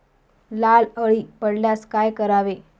लाल अळी पडल्यास काय करावे?